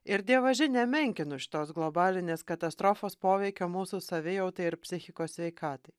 ir dievaži nemenkinu šitos globalinės katastrofos poveikio mūsų savijautai ir psichikos sveikatai